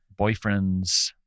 boyfriends